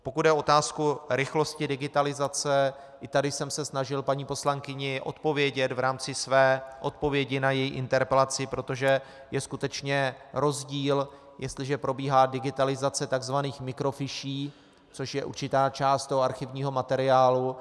Pokud jde o otázku rychlosti digitalizace, i tady jsem se snažil paní poslankyni odpovědět v rámci své odpovědi na její interpelaci, protože je skutečně rozdíl, jestliže probíhá digitalizace tzv. mikrofiší, což je určitá část archivního materiálu.